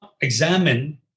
examine